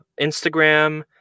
Instagram